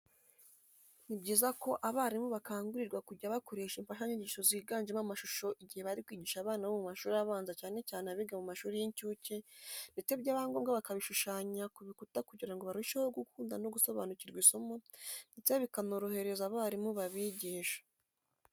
Ni byiza ko abarimu bakangurirwa kujya bakoresha imfashanyigisho ziganjemo amashusho igihe bari kwigisha abana bo mu mashuri abanza cyane cyane abiga mu mashuri y'incuke ndetse byaba ngombwa bakabishushanya ku bikuta kugira ngo barusheho gukunda no gusobanukirwa isomo ndetse bikanorohereza abarimu babigisha.